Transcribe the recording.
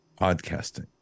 podcasting